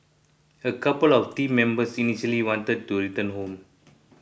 a couple of the team members initially wanted to return home